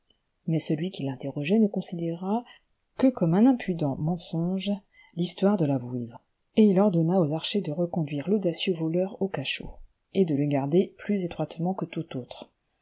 mais celui qui l'interrogeait ne considéra que comme un impudent mensonge l'histoire de la vouivre et il ordonna aux arciiers de reconduire l'audacieux voleur au cachot et de le garder plus étroitement que tout auire